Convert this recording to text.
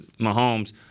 Mahomes